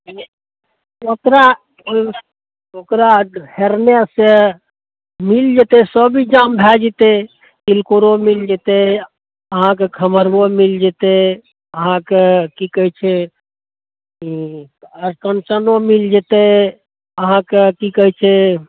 ओकरा ओकरा हेरने से मिल जेतै सभ इन्तजाम भय जेतै तिलकोरो मिल जेतै अहाँके खमरुओ मिल जेतै अहाँके की कहै छै अरकंचनो मिल जेतै अहाँके की कहै छै